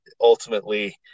ultimately